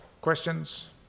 questions